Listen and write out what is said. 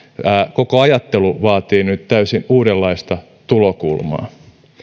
koko ajattelu vaatii nyt täysin uudenlaista tulokulmaa